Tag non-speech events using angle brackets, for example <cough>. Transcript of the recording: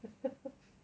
<laughs>